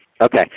Okay